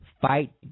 fight